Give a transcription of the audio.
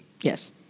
Yes